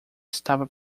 estava